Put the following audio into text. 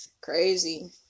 crazy